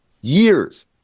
years